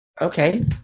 Okay